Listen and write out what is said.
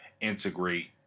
integrate